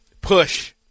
push